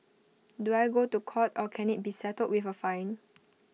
do I go to court or can IT be settled with A fine